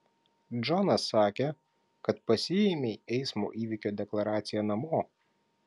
džonas sakė kad pasiėmei eismo įvykio deklaraciją namo